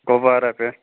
کۄپوارہ پٮ۪ٹھ